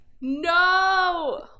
No